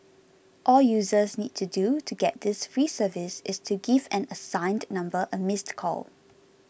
all users need to do to get this free service is to give an assigned number a missed call